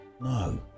No